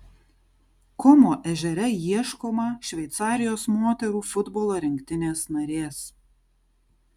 komo ežere ieškoma šveicarijos moterų futbolo rinktinės narės